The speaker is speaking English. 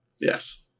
yes